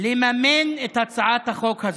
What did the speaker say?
לממן את הצעת החוק הזאת,